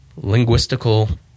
linguistical